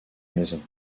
maison